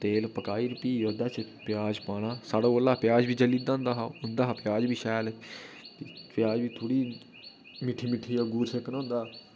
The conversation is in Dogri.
तेल पकाई र फ्ही ओह्दे च प्याज पाना साढ़े कोला प्याज बी जली जंदा ओह् उं'दा प्याज बी शैल प्याज प्याज बी थोह्ड़ी मट्ठी मट्ठी अग्गू पर सेकना होंदा हा